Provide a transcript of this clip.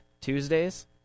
Tuesdays